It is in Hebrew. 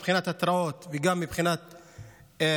מבחינת התרעות וגם מבחינת יירוטים,